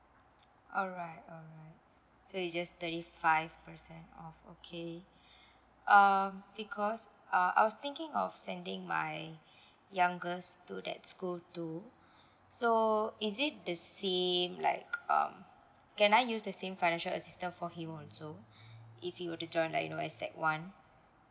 alright alright so it just thirty five percent off okay um because uh I was thinking of sending my youngest to that school too so is it the same like um can I use the same financial assistant for him also if he would to join like in sec one